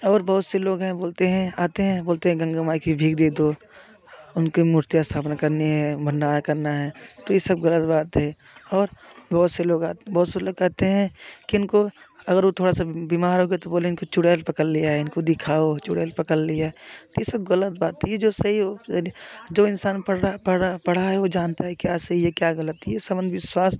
और बहुत से लोग हैं बोलते हैं आते हैं बोलते हैं गंगामाई की भीख दे दो उनकी मूर्तियों स्थापना करनी हैं भंडारा करना है तो ये सब ग़लत बात है और बहुत से लोग आते बहुत से लोग कहते हैं कि इनको अगर वो थोड़ा सा बीमार हो गए तो बोले इनको चुड़ैल पकड़ लिया है इनको दिखाओ चुड़ैल पकड़ लिया है तो ये सब ग़लत बात है ये जो सही हो और जो इंसान पढ़ रहा पढ़ रहा पढ़ा है वो जानता है क्या सही है क्या ग़लत है ये सब अंधविश्वास